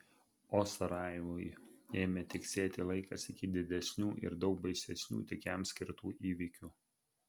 o sarajevui ėmė tiksėti laikas iki didesnių ir daug baisesnių tik jam skirtų įvykių